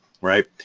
right